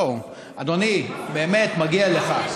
לא, אדוני, באמת מגיע לך.